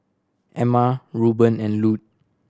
Emma Reuben and Lute